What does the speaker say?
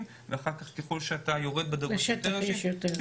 ואחר כך ככל שיורדים בדרגות יש יותר אנשים.